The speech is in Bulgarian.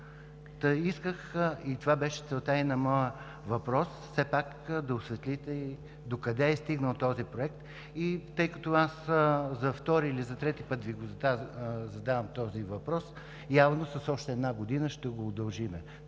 исках и това беше целта и на моя въпрос – все пак да осветлите докъде е стигнал този проект. И тъй като аз за втори или за трети път Ви задавам този въпрос, явно с още една година ще го удължим.